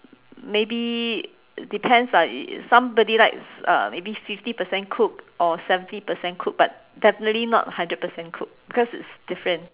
maybe depends ah somebody likes uh maybe fifty percent cooked or seventy percent cooked but definitely not hundred percent cooked cause it's different